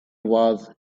was